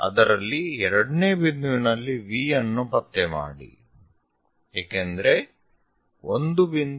ಅದರಲ್ಲಿ ಎರಡನೇ ಬಿಂದುವಿನಲ್ಲಿ V ಅನ್ನು ಪತ್ತೆ ಮಾಡಿ ಏಕೆಂದರೆ 1